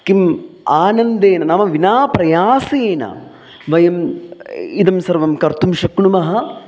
किम् आनन्देन नाम विनाप्रयासेन वयम् इदं सर्वं कर्तुं शक्नुमः